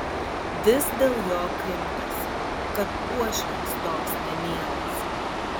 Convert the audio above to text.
vis dėl jo krimtosi kad uošviams toks nemielas